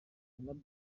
yanabaye